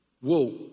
Whoa